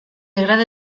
agrada